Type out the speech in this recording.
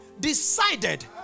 decided